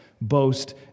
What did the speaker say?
boast